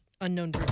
unknown